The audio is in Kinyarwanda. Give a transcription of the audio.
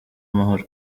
amahoro